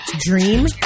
Dream